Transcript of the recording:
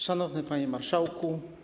Szanowny Panie Marszałku!